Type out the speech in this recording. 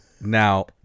now